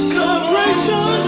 Celebration